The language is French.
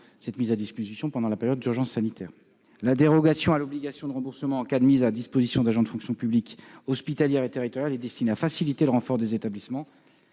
cette possibilité à la période de l'urgence sanitaire. La dérogation à l'obligation de remboursement en cas de mise à disposition d'agents des fonctions publiques hospitalière et territoriale est destinée à faciliter le renfort des établissements